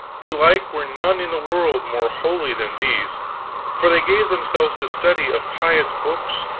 belike were none in the world more holy than these for they gave themselves to study of pious books,